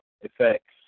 effects